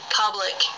public